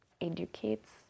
educates